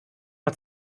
mal